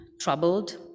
troubled